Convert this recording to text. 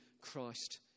Christ